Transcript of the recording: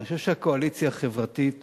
ואני חושב שהקואליציה החברתית